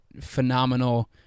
phenomenal